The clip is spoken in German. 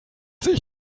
sich